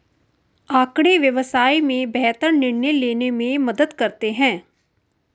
आँकड़े व्यवसाय में बेहतर निर्णय लेने में मदद करते हैं